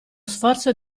sforzo